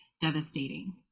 devastating